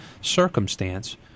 circumstance